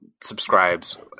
subscribes